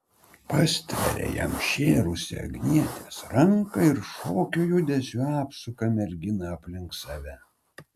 pastveria jam šėrusią agnietės ranką ir šokio judesiu apsuka merginą aplink save